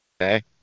Okay